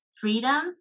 freedom